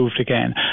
again